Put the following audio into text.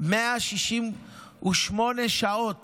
168 שעות